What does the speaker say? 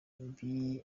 bipimishije